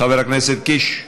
חבר הכנסת קיש,